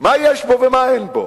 מה יש בו ומה אין בו?